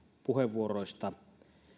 puheenvuoroista